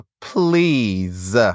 Please